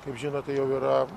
kaip žinote jau yra